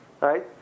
right